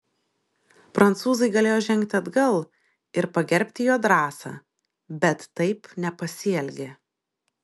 prancūzai galėjo žengti atgal ir pagerbti jo drąsą bet taip nepasielgė